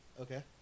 Okay